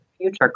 future